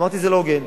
אמרתי שזה לא הוגן.